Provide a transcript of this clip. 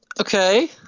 Okay